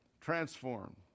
transform